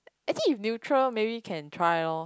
actually if neutral maybe can try loh